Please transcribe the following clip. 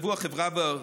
התחייבו החברה והעובדים.